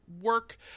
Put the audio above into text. work